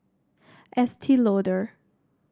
Estee Lauder